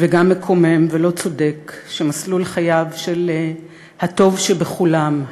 וגם מקומם ולא צודק שמסלול חייו של הטוב שבכולם,